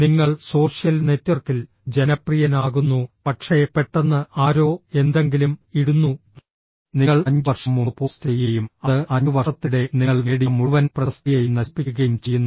നിങ്ങൾ സോഷ്യൽ നെറ്റ്വർക്കിൽ ജനപ്രിയനാകുന്നു പക്ഷേ പെട്ടെന്ന് ആരോ എന്തെങ്കിലും ഇടുന്നു നിങ്ങൾ 5 വർഷം മുമ്പ് പോസ്റ്റ് ചെയ്യുകയും അത് 5 വർഷത്തിനിടെ നിങ്ങൾ നേടിയ മുഴുവൻ പ്രശസ്തിയെയും നശിപ്പിക്കുകയും ചെയ്യുന്നു